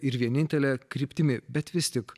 ir vienintele kryptimi bet vis tik